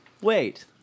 Wait